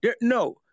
No